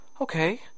Okay